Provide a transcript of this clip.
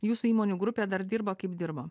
jūsų įmonių grupė dar dirba kaip dirbo